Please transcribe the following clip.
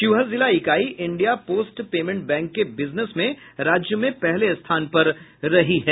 शिवहर जिला इकाई India post payment bank के बिजनेस में राज्य में पहले स्थान पर आई है